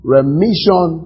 Remission